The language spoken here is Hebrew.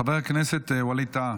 חבר הכנסת ווליד טאהא,